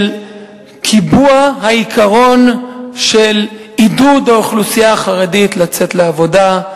קיבוע העיקרון של עידוד האוכלוסייה החרדית לצאת לעבודה,